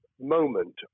moment